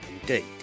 indeed